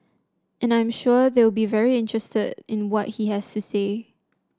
and I'm sure they will be very interested in what he has to say